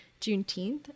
Juneteenth